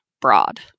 broad